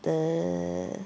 the